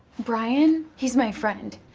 brian, he's my friend.